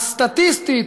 אז סטטיסטית,